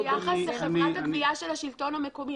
ביחס לחברת הגבייה של השלטון המקומי,